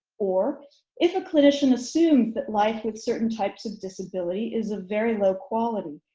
or if a clinician assumes that life with certain types of disability is a very low quality,